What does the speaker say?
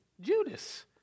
Judas